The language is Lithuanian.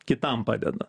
kitam padeda